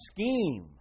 scheme